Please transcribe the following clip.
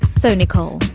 so nicole.